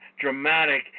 dramatic